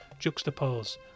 juxtapose